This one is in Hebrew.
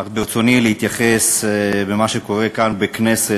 אך ברצוני להתייחס למה שקורה כאן, בכנסת,